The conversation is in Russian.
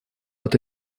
это